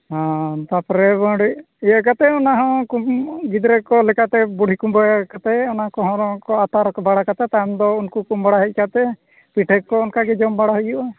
ᱦᱮᱸ ᱛᱟᱯᱚᱨᱮ ᱵᱟᱹᱶᱰᱤ ᱤᱭᱟᱹ ᱠᱟᱛᱮᱫ ᱚᱱᱟᱦᱚᱸ ᱩᱱᱠᱚ ᱜᱤᱫᱽᱨᱟᱹᱠᱚ ᱞᱮᱠᱟᱛᱮ ᱵᱩᱰᱷᱤ ᱠᱩᱸᱢᱵᱟᱹ ᱠᱟᱛᱮᱫ ᱚᱱᱟᱠᱚ ᱦᱚᱠᱚ ᱟᱛᱟᱨ ᱵᱟᱲᱟ ᱠᱟᱛᱮᱫ ᱛᱟᱭᱚᱢᱛᱮ ᱩᱱᱠᱩᱠᱚ ᱩᱢ ᱵᱟᱲᱟ ᱦᱮᱡ ᱠᱟᱛᱮᱫ ᱯᱤᱴᱷᱟᱹᱠᱚ ᱚᱱᱠᱟᱜᱮ ᱡᱚᱢ ᱵᱟᱲᱟ ᱦᱩᱭᱩᱜᱼᱟ